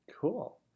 Cool